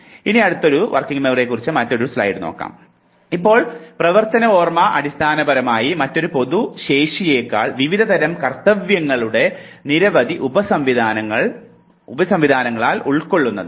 ഇപ്പോൾ പ്രവർത്തന ഓർമ്മ അടിസ്ഥാനപരമായി ഒരൊറ്റ പൊതു ശേഷിയേക്കാൾ വിവിധ തരം കർത്തവ്യങ്ങളുടെ നിരവധി ഉപസംവിധാനങ്ങളാൽ ഉൾക്കൊള്ളുന്നതാണ്